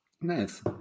Nice